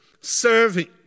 serving